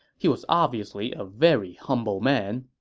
he was obviously a very humble man.